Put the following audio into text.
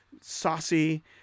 saucy